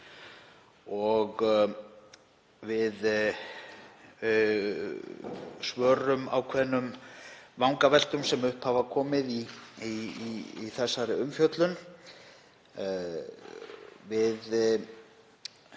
og við svörum ákveðnum vangaveltum sem upp hafa komið í þessari umfjöllun.